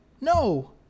No